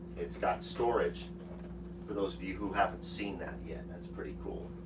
it's got storage for those of you who haven't seen that yet. that's pretty cool.